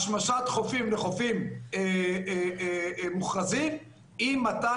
השמשת חופים לחופים מוכרזים עם מתן